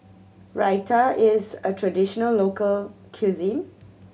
Raita is a traditional local cuisine